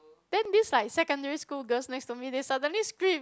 then this like secondary school girls next to me they suddenly scream